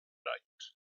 night